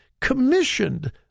commissioned